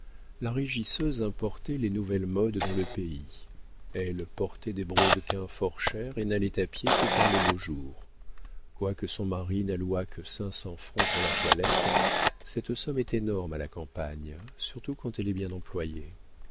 la régisseuse importait les nouvelles modes dans le pays elle portait des brodequins fort chers et n'allait à pied que par les beaux jours quoique son mari n'allouât que cinq cents francs pour la toilette cette somme est énorme à la campagne surtout quand elle est bien employée